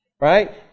Right